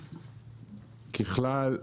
ככלל,